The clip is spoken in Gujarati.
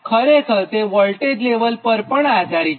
ખરેખર તે વોલ્ટેજનાં લેવલ પર પણ આધારિત છે